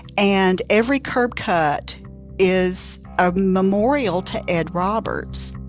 and every curb cut is a memorial to ed roberts